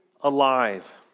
alive